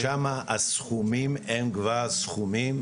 שם הסכומים הם כבר סכומים,